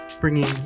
bringing